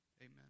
Amen